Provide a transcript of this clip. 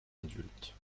adultes